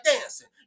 dancing